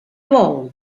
vol